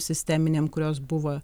sisteminėm kurios buvo